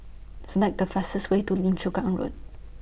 Select The fastest Way to Lim Chu Kang Road